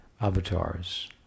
avatars